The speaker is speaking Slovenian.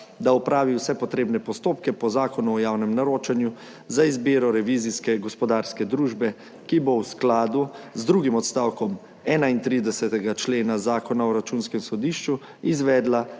da opravi vse potrebne postopke po Zakonu o javnem naročanju za izbiro revizijske gospodarske družbe, ki bo v skladu z drugim odstavkom 31. člena Zakona o računskem sodišču izvedla